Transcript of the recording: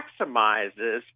maximizes